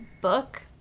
book